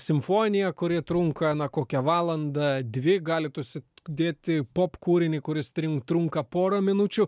simfoniją kuri trunka na kokią valandą dvi galit užsi dėti pop kūrinį kuris trin trunka porą minučių